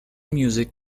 music